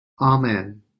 Amen